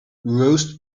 roast